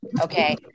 Okay